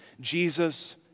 Jesus